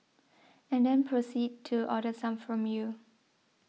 and then proceed to order some from you